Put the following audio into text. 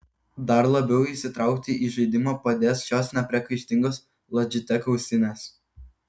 dar labiau įsitraukti į žaidimą padės šios nepriekaištingos logitech ausinės